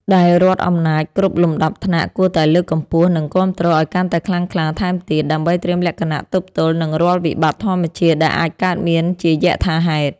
ដែលរដ្ឋអំណាចគ្រប់លំដាប់ថ្នាក់គួរតែលើកកម្ពស់ និងគាំទ្រឱ្យកាន់តែខ្លាំងក្លាថែមទៀត ដើម្បីត្រៀមលក្ខណៈទប់ទល់នឹងរាល់វិបត្តិធម្មជាតិដែលអាចកើតមានជាយថាហេតុ។